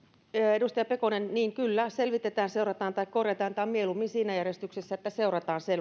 edustaja pekonen kyllä selvitetään seurataan tai korjataan tai mieluummin siinä järjestyksessä että seurataan